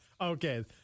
okay